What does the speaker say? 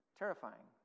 terrifying